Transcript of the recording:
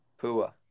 Pua